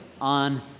on